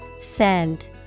Send